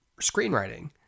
screenwriting